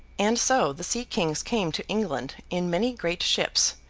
and so, the sea-kings came to england in many great ships,